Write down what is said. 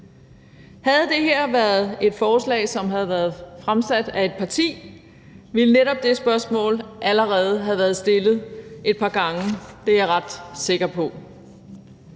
Havde det her været et forslag, som var blevet fremsat af et parti, ville netop det spørgsmål allerede have været stillet et par gange. Det er jeg ret sikker på.